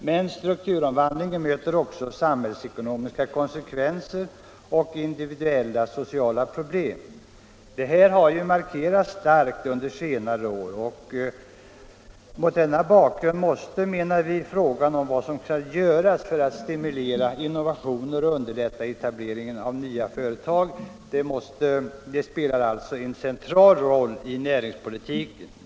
Men strukturomvandlingen får också samhällsekonomiska konsekvenser och förorsakar individuella sociala problem. Detta har markerats starkt under senare år. Mot denna bakgrund måste, menar vi, frågan om vad som kan göras för att stimulera innovationer och underlätta etableringen av nya företag spela en central roll i näringspolitiken.